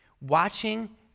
Watching